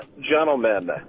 gentlemen